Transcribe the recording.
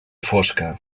fosca